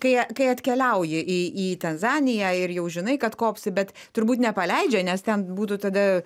kai a kai atkeliauji į į tanzaniją ir jau žinai kad kopsi bet turbūt nepaleidžia nes ten būtų tada